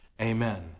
Amen